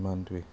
ইমানটোৱে